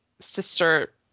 Sister